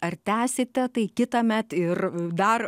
ar tęsite tai kitąmet ir dar